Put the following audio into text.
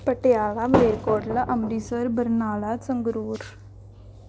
Patiala Malerkotla Amritsar Barnala Sangrur